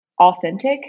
authentic